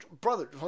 Brother